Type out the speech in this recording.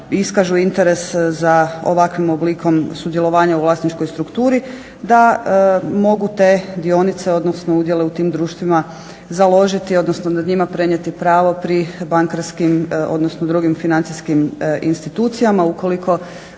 iskažu interes za ovakvim oblikom sudjelovanja u vlasničkoj strukturi da mogu te dionice, odnosno udjele u tim društvima založiti, odnosno nad njima prenijeti pravo pri bankarskim odnosno drugim financijskim institucijama, ukoliko